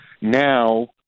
now